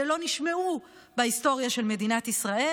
שלא נשמעו בהיסטוריה של מדינת ישראל,